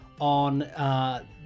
on